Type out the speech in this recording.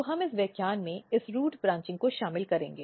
तो हम इस व्याख्यान में इस रूट ब्रांचिंग को शामिल करेंगे